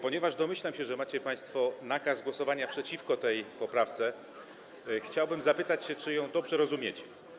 Ponieważ domyślam się, że macie państwo nakaz głosowania przeciwko tej poprawce, chciałbym zapytać, czy ją dobrze rozumiecie.